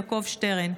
יעקב שטרן.